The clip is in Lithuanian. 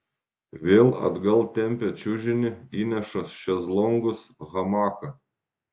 vėl atgal tempia čiužinį įneša šezlongus hamaką